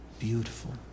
beautiful